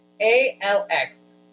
A-L-X